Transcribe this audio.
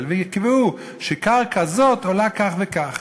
ויתמחרו את הקרקע לפי המיקום ולפי הצרכים.